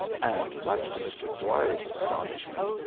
and, much to mr. dwyer's astonishment,